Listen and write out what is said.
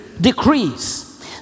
decrease